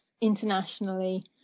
internationally